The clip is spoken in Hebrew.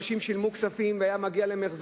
אנשים שילמו כספים והיו מגיעים להם החזרים,